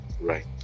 right